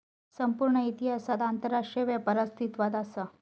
संपूर्ण इतिहासात आंतरराष्ट्रीय व्यापार अस्तित्वात असा